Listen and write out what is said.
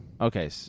Okay